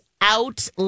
out